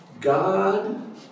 God